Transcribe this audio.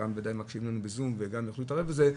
שחלקם ודאי מקשיבים לנו בזום וגם יוכלו להתערב בזה,